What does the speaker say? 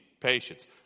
patience